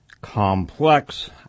complex